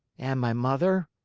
and my mother?